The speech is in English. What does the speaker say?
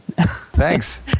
thanks